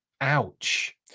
Ouch